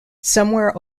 somewhere